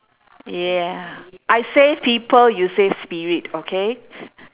yeah I save people you save spirit okay